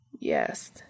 Yes